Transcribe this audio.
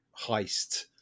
heist